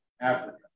Africa